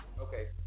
Okay